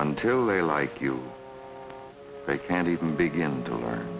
until they like you they can't even begin to learn